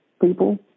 people